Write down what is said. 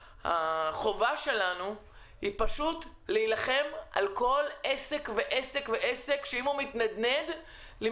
חובתנו היא להילחם על כל עסק ועסק ועסק ואם הוא מתנדנד יש